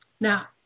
Now